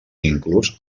inclús